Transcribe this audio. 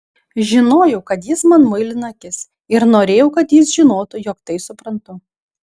žinojau kad jis man muilina akis ir norėjau kad jis žinotų jog tai suprantu